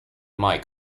mic